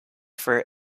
for